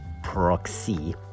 proxy